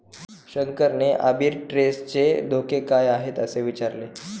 शंकरने आर्बिट्रेजचे धोके काय आहेत, असे विचारले